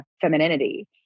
femininity